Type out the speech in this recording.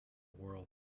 world